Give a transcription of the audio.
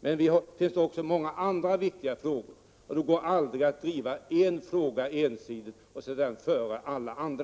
Men det finns många andra viktiga frågor. Det går aldrig att driva en fråga ensidigt och sedan driva alla de andra: